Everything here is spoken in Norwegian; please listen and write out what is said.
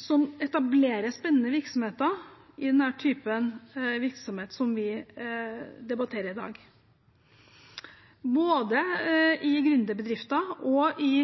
som etablerer spennende virksomheter i den type virksomhet som vi debatterer i dag. Både i gründerbedrifter og i